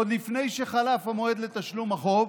עוד לפני שחלף המועד לתשלום החוב,